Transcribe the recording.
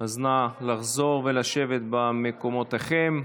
נא לחזור ולשבת במקומותיכם.